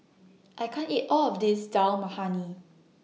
I can't eat All of This Dal Makhani